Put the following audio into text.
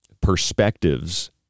perspectives